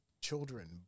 children